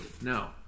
no